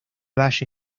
valle